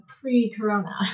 pre-corona